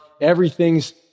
Everything's